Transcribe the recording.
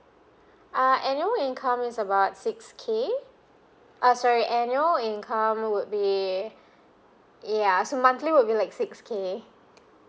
uh annual income is about six K oh sorry annual income would be ya so monthly will be like six K